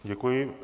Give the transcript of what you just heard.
Děkuji.